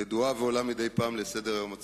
ידועה ועולה מדי פעם על סדר-היום הציבורי.